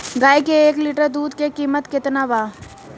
गाय के एक लिटर दूध के कीमत केतना बा?